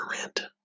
rent